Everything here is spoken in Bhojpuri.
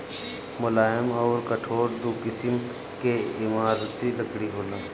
मुलायम अउर कठोर दू किसिम के इमारती लकड़ी होला